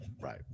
right